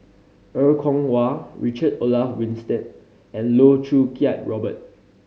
Er Kwong Wah Richard Olaf Winstedt and Loh Choo Kiat Robert